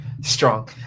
Strong